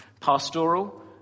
Pastoral